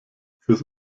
fürs